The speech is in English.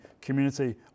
community